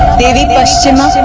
lady paschima.